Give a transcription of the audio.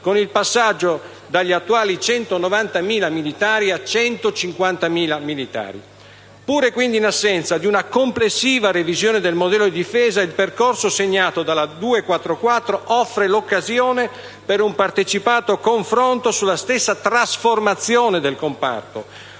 con il passaggio dagli attuali 190.000 a 150.000 militari. Pure quindi in assenza di una complessiva revisione del modello di difesa, il percorso segnato dalla legge n. 244 offre l'occasione per un partecipato confronto sulla stessa trasformazione del comparto.